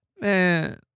man